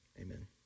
amen